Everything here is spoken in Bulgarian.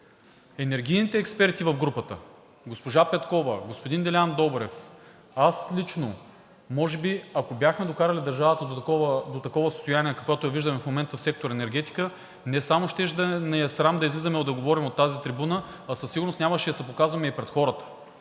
Енергийните експерти в групата – госпожа Петкова, господин Делян Добрев, аз лично може би, ако бяхме докарали държавата до такова състояние, в каквото я виждаме в момента в сектор „Енергетика“, не само щеше да ни е срам да излизаме да говорим от тази трибуна, а със сигурност нямаше да се показваме и пред хората.